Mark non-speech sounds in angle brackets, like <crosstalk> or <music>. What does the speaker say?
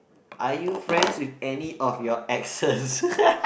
are you friends with any of your exes <laughs>